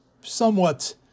somewhat